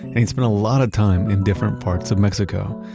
and he spent a lot of time in different parts of mexico,